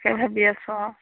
তাকে ভাবি আছো আৰু